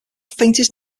faintest